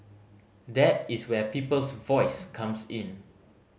that is where Peoples Voice comes in